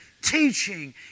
teaching